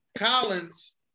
Collins